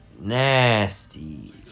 Nasty